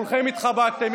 כולכם התחבקתם,